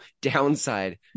downside